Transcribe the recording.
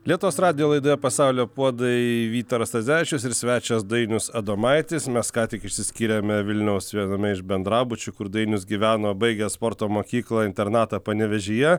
lietuvos radijo laidoje pasaulio puodai vytaras radzevičius ir svečias dainius adomaitis mes ką tik išsiskyrėme vilniaus viename iš bendrabučių kur dainius gyveno baigęs sporto mokyklą internatą panevėžyje